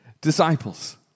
disciples